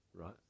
Right